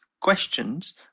questions